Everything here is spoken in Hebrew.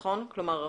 נכון?